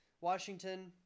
Washington